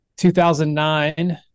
2009